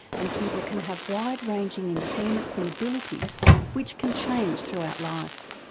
and people can have wide ranging impairments and abilities which can change throughout life.